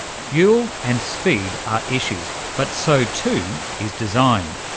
fuel and speed are issues, but so too is design.